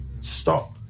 stop